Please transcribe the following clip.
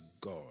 God